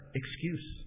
excuse